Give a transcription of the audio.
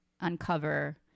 uncover